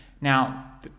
Now